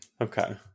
Okay